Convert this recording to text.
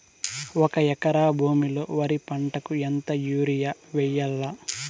ఒక ఎకరా భూమిలో వరి పంటకు ఎంత యూరియ వేయల్లా?